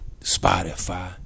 Spotify